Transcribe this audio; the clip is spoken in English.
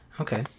Okay